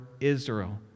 Israel